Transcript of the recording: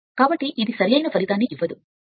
కాబట్టి ఇది సరైన ఫలితాన్ని ఇవ్వని ఒక అంచనా